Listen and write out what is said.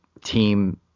team